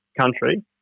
country